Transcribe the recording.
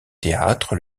théâtre